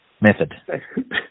method